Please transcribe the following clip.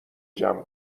جمع